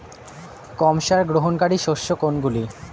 কম সার গ্রহণকারী শস্য কোনগুলি?